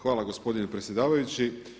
Hvala gospodine predsjedavajući.